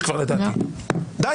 די.